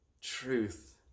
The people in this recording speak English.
truth